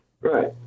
right